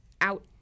out